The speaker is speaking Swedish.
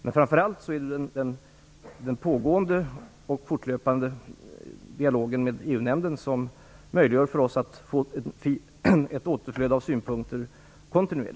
Men framför allt är det den pågående och fortlöpande dialogen med EU-nämnden som möjliggör för oss att kontinuerligt få ett återflöde av synpunkter.